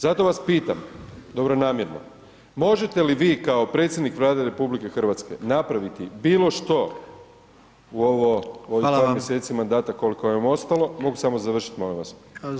Zato vas pitam, dobronamjerno, možete li vi kao predsjednik Vlade RH napraviti bilo što u ovo, u ovih [[Upadica predsjednik: Hvala vam.]] par mjeseci mandata koliko vam je ostalo, mogu samo završiti, molim vas?